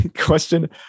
Question